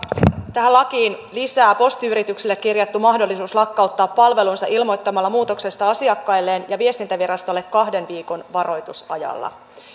tähän lakiin lisää postiyrityksille kirjattu mahdollisuus lakkauttaa palvelunsa ilmoittamalla muutoksesta asiakkailleen ja viestintävirastolle kahden viikon varoitusajalla